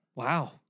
Wow